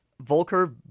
Volker